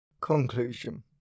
Conclusion